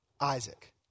Isaac